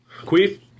Queef